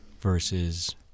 versus